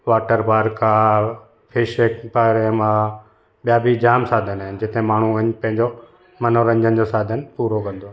water park आहे हीअ शेक फार्म आहे ॿिया बि जाम साधन आहिनि जिथे माण्हू वञ पंहिंजो मनोरंजन जो साधन पूरो कंदो आहे